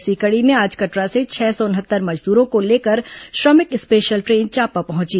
इसी कड़ी में आज कटरा से छह सौ उनहत्तर मजदूरों को लेकर श्रमिक स्पेशल ट्रेन चांपा पहुंची